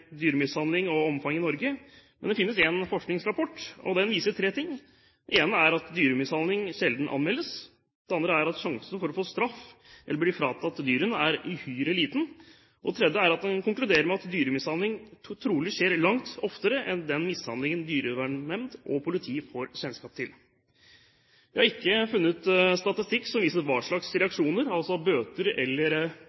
dyremishandling i Norge. Men det finnes en forskningsrapport som viser tre ting. Det ene er at dyremishandling sjelden anmeldes, det andre er at sjansen for å få straff eller bli fratatt dyrene er uhyre liten, og det tredje er at den konkluderer med at dyremishandling trolig skjer langt oftere enn den mishandlingen dyrevernsnemnder og politi får kjennskap til. Jeg har ikke funnet statistikk som viser hva slags